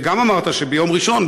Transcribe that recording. גם אמרת שביום ראשון,